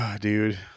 Dude